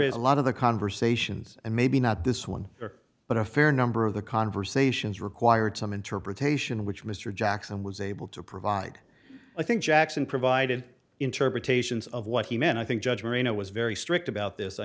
is a lot of the conversations and maybe not this one but a fair number of the conversations required some interpretation which mr jackson was able to provide i think jackson provided interpretations of what he meant i think judge marina was very strict about this i